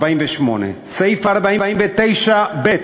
48. סעיף 49(ב)